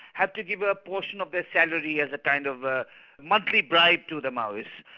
have to give a portion of their salary as a kind of a monthly bribe to the maoist.